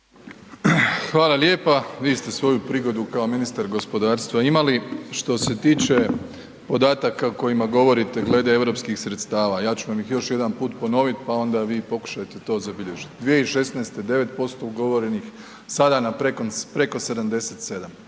Hvala lijepa. Vi ste svoju prigodu kao ministar gospodarstva imali. Što se tiče podataka o kojima govorite glede europskih sredstava, ja ću vam ih još jedan put ponoviti pa onda vi pokušajte to zabilježiti. 2016. 9% ugovorenih, sada na preko 77.